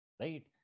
Right